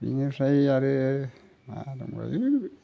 बेनिफ्राय आरो आमफ्राय बे